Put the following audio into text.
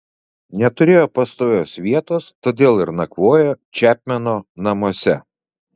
neturėjo pastovios vietos todėl ir nakvojo čepmeno namuose